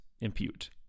impute